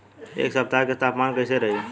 एह सप्ताह के तापमान कईसन रही?